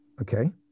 Okay